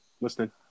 Listening